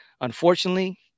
Unfortunately